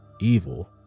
evil